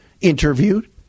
interviewed